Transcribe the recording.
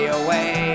away